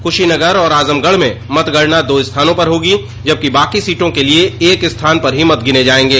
कुशीनगर और आजमगढ़ में मतगणना दो स्थानों पर होगी जबकि बाकी सीटों के लिए एक स्थान पर ही मत गिने जायेंगे